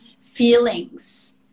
feelings